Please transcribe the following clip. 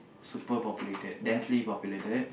super populated densely populated